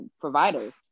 providers